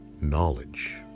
knowledge